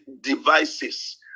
devices